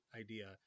idea